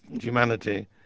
humanity